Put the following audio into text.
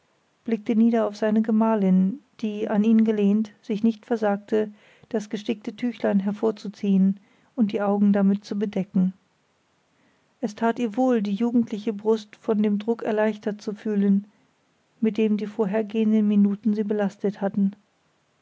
blickte nieder auf seine gemahlin die an ihn gelehnt sich nicht versagte das gestickte tüchlein hervorzuziehen und die augen damit zu bedecken es tat ihr wohl die jugendliche brust von dem druck erleichtert zu fühlen mit dem die vorhergehenden minuten sie belastet hatten